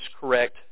correct